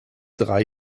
drei